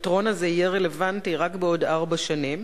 שהפתרון הזה יהיה רלוונטי רק בעוד ארבע שנים,